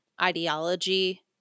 ideology –